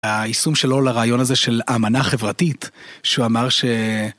היישום שלו לרעיון הזה של אמנה חברתית, שהוא אמר ש...